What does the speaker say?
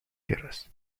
tierras